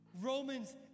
Romans